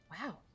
Wow